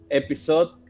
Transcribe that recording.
episode